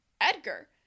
Edgar